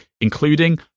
including